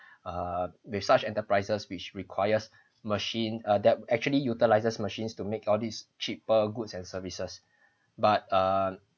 uh with such enterprises which requires machine adapt actually utilizes machines to make all these cheaper goods and services but err